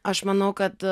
aš manau kad